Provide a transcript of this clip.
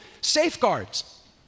safeguards